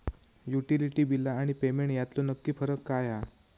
Utility बिला आणि payment यातलो नक्की फरक काय हा?